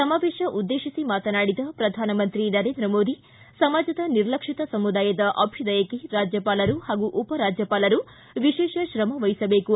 ಸಮಾವೇಶ ಉದ್ದೇಶಿಸಿ ಮಾತನಾಡಿದ ಪ್ರಧಾನಮಂತ್ರಿ ನರೇಂದ್ರ ಮೋದಿ ಸಮಾಜದ ನಿರ್ಲಕ್ಷಿತ ಸಮುದಾಯದ ಅಭ್ಯುದಯಕ್ಕೆ ರಾಜ್ಯಪಾಲರು ಹಾಗೂ ಉಪರಾಜ್ಯಪಾಲರು ವಿಶೇಷ ಕ್ರಮ ವಹಿಸಬೇಕು